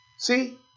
see